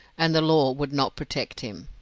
and the law would not protect him.